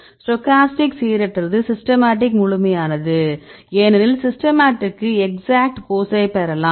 stochastic சீரற்றது systematic முழுமையானது ஏனெனில் சிஸ்டமேட்டிக்கிற்க்கு எக்ஸாட் போஸை பெறலாம்